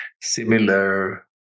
similar